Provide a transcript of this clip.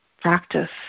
practice